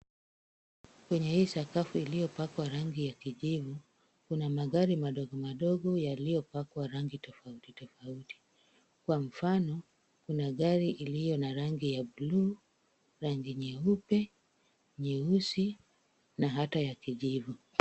Kwenye hii sakafu iliyopakwa rangi ya kijivu, kuna magari madogo madogo yaliyopakwa rangi tofauti tofauti .Kwa mfano Kuna gari iliyo na rangi ya buluu, rangi nyeupe ,nyeusi na hata ya kijivu.